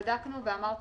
בדקנו ואמרת